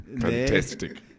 Fantastic